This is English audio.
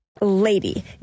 Lady